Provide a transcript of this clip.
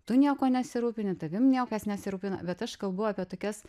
tu niekuo nesirūpini tavim niekas nesirūpina bet aš kalbu apie tokias